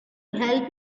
help